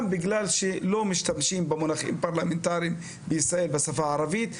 גם בגלל שלא משתמשים במונחים פרלמנטריים בשפה הערבית בישראל,